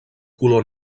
color